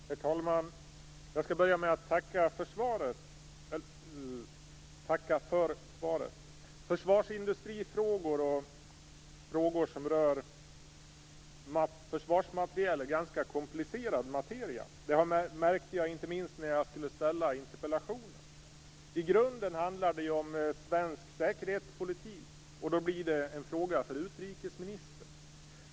Herr talman! Jag skall börja med att tacka för svaret. Försvarsindustrifrågor som rör försvarsmateriel är en ganska komplicerad materia. Det märkte jag inte minst när jag skulle framställa interpellationen. I grunden handlar det om svensk säkerhetspolitik, och då blir det en fråga för utrikesministern.